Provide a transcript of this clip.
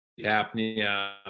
apnea